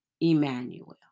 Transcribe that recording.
Emmanuel